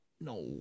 No